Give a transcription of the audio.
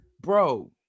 Bro